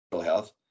health